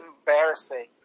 Embarrassing